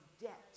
debt